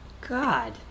god